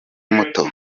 muto